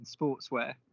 sportswear